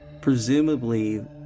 Presumably